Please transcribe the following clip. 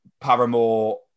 Paramore